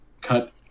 cut